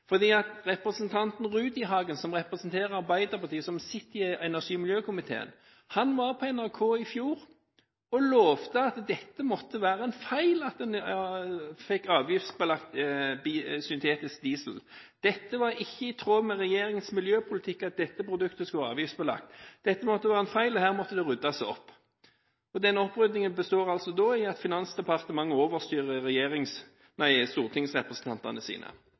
sitter i energi- og miljøkomiteen, var på NRK i fjor og lovet at det måtte være feil at en fikk avgiftsbelagt syntetisk diesel. Det var ikke i tråd med regjeringens miljøpolitikk at dette produktet skulle være avgiftsbelagt. Dette måtte være feil, og her måtte det ryddes opp. Den opprydningen besto altså i at Finansdepartementet overstyrte stortingsrepresentantene sine.